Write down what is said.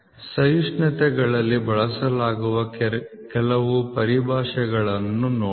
ಸಹಿಷ್ಣುತೆಗಳಲ್ಲಿ ಬಳಸಲಾಗುವ ಕೆಲವು ಪರಿಭಾಷೆಗಳನ್ನು ನೋಡೋಣ